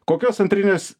kokios antrinės